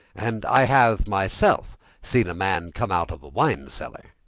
and i have myself seen a man come out of a wine cellar.